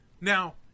Now